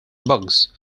bugs